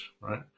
right